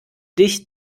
dich